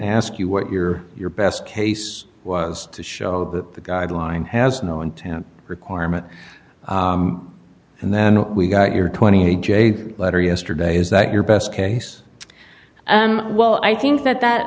ask you what your your best case was to show that the guideline has no intent requirement and then we got your twenty jay letter yesterday is that your best case well i think that that